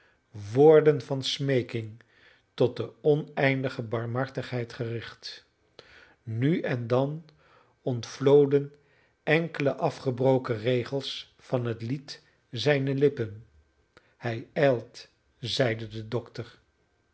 geest woorden van smeeking tot de oneindige barmhartigheid gericht nu en dan ontvloden enkele afgebroken regels van het lied zijne lippen hij ijlt zeide de dokter